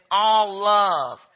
all-love